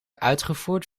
uitgevoerd